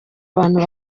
abantu